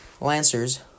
Lancers